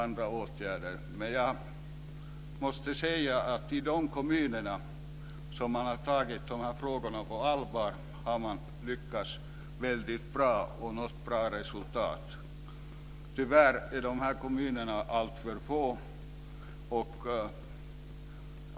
Jag måste säga att man i de kommuner som har tagit de här frågorna på allvar har lyckats nå väldigt bra resultat. Tyvärr är de här kommunerna alltför få.